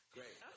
Great